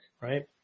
right